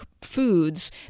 foods